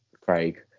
craig